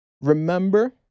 remember